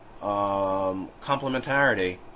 complementarity